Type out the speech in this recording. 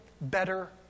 better